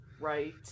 right